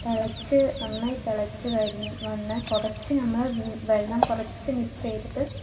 തിളച്ചു നന്നായി തിളച്ചു വരുന്ന വന്ന് കുറച്ച് നമ്മൾ വെള്ളം കുറച്ചു മിക്സ് ചെയ്തിട്ട്